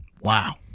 wow